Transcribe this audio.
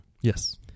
yes